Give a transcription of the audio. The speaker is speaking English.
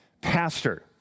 pastor